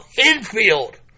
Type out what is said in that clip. infield